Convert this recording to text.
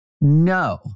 no